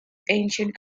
ancient